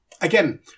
Again